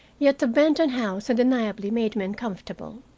yet the benton house undeniably made me uncomfortable.